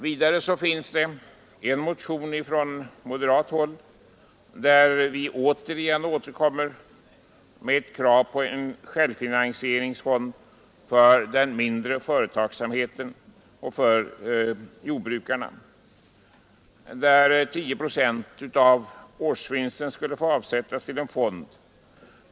Vidare finns det en motion från moderat håll, i vilken vi återkommer med krav på en självfinanseringsfond för den mindre företagsamheten och för jordbrukarna. Där skulle 10 procent av årsvinsten få avsättas till en fond.